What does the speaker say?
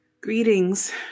Greetings